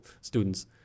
students